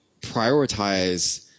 prioritize